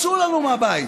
צאו לנו מהבית.